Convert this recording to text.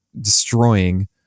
destroying